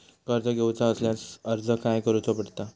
कर्ज घेऊचा असल्यास अर्ज खाय करूचो पडता?